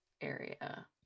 area